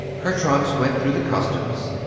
her trunks went through the customs.